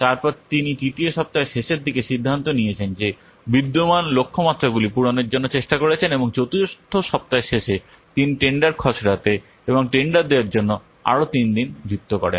তারপরে তিনি তৃতীয় সপ্তাহের শেষের দিকে সিদ্ধান্ত নিয়েছেন যে বিদ্যমান লক্ষ্যমাত্রাগুলি পূরণের জন্য চেষ্টা করেছেন এবং চতুর্থ সপ্তাহের শেষে তিনি টেন্ডার খসড়াতে এবং টেন্ডার দেওয়ার জন্য আরও তিন দিন যুক্ত করেন